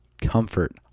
Comfort